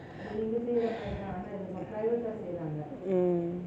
mm